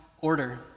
order